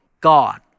God